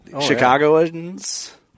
Chicagoans